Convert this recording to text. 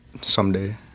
Someday